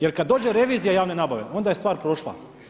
Jer kada dođe revizija javne nabave, onda je stvar prošla.